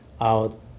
out